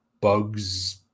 bugs